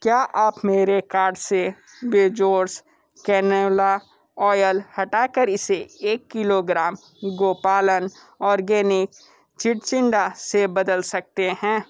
क्या आप मेरे कार्ड से बेजोर्स कैनोला ऑयल हटा कर इसे एक किलोग्राम गोपालन आर्गेनिक चिचिड़ा से बदल सकते हैं